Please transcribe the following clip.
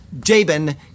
jabin